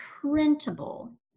printable